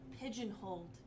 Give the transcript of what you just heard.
pigeonholed